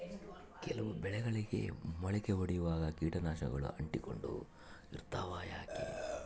ಕೆಲವು ಬೆಳೆಗಳಿಗೆ ಮೊಳಕೆ ಒಡಿಯುವಾಗ ಕೇಟನಾಶಕಗಳು ಅಂಟಿಕೊಂಡು ಇರ್ತವ ಯಾಕೆ?